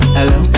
Hello